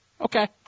okay